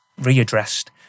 readdressed